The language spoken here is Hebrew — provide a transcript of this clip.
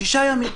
שישה ימים.